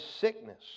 sickness